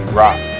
rock